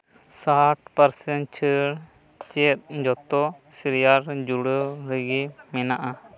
ᱥᱟᱴ ᱯᱟᱨᱥᱮᱱ ᱪᱷᱟᱹᱲ ᱪᱮᱫ ᱡᱚᱛᱚ ᱥᱤᱨᱤᱭᱟᱞ ᱡᱩᱲᱟᱹᱣ ᱨᱮᱜᱮ ᱢᱮᱱᱟᱜᱼᱟ